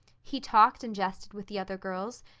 he talked and jested with the other girls,